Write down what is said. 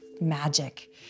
magic